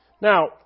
Now